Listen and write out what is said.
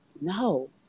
no